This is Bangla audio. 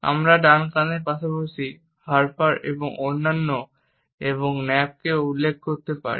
আমরা ডানকানের পাশাপাশি হার্পার এবং অন্যান্য এবং ন্যাপকে উল্লেখ করতে পারি